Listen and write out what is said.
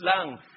lang